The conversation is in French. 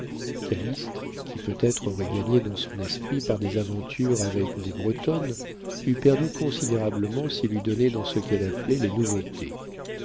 calyste qui peut-être aurait gagné dans son esprit par des aventures avec des bretonnes eût perdu considérablement s'il eût donné dans ce qu'elle appelait les nouveautés